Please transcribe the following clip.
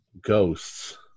ghosts